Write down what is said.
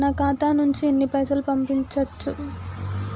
నా ఖాతా నుంచి ఎన్ని పైసలు పంపించచ్చు?